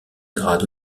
grade